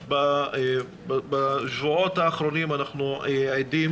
בשבועות האחרונים אנחנו עדים